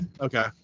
Okay